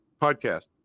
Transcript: podcast